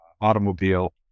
automobile